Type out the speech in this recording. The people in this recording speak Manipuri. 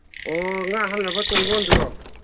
ꯑꯣ ꯉꯥ ꯍꯥꯞꯅꯕ ꯇꯣꯡꯒꯣꯟꯗꯨꯔꯣ